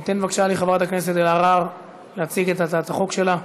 ניתן לחברת הכנסת אלהרר להציג את הצעת החוק שלה.